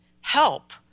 help